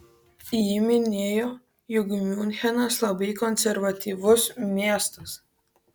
ji minėjo jog miunchenas labai konservatyvus miestas